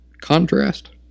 contrast